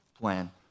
plan